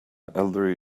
elderly